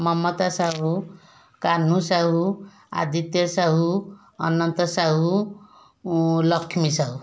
Mamata Sahu Kanhu Sahu Aditya Sahu Ananta Sahu Lakshmi Sahu